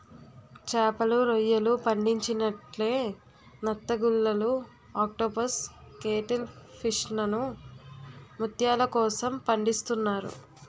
చేపలు, రొయ్యలు పండించినట్లే నత్తగుల్లలు ఆక్టోపస్ కేటిల్ ఫిష్లను ముత్యాల కోసం పండిస్తున్నారు